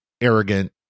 arrogant